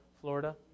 Florida